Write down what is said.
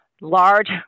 large